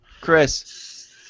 Chris